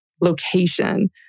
location